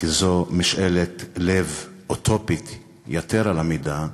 כי זאת משאלת לב אוטופית יתר על המידה,